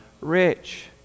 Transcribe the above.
rich